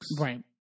Right